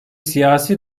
siyasi